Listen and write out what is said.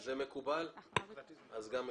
אם זה מקובל, מקובל גם עלי.